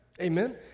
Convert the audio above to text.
Amen